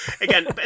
Again